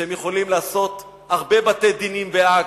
שהם יכולים לעשות הרבה בתי-דין בהאג,